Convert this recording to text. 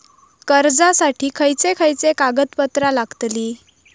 कर्जासाठी खयचे खयचे कागदपत्रा लागतली?